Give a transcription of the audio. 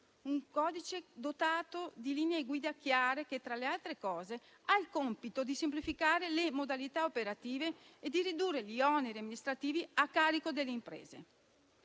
un codice dotato di linee guida chiare che, tra le altre cose, ha il compito di semplificare le modalità operative e di ridurre gli oneri amministrativi a carico delle imprese.